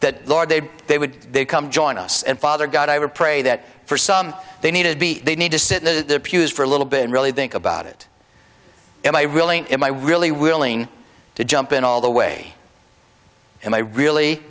that they they would they come join us and father god i would pray that for some they need to be they need to sit in the pews for a little bit and really think about it and i really am i really willing to jump in all the way and i really